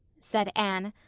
said anne.